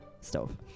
Stove